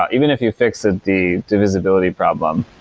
ah even if you fixed the divisibility problem,